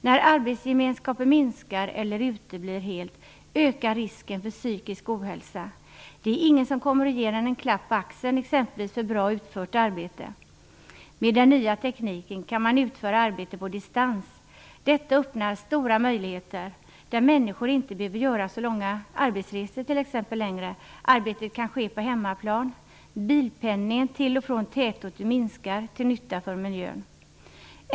När arbetsgemenskapen minskar eller uteblir helt ökar risken för psykisk ohälsa. Det är exempelvis ingen som kommer och ger en klapp på axeln för ett bra utfört arbete. Med den nya tekniken kan man utföra arbete på distans. Detta öppnar stora möjligheter, där människor t.ex. inte längre behöver göra så långa arbetsresor. Arbetet kan ske på hemmaplan. Bilpendlingen till och från tätorter minskar till nytta för miljön.